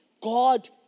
God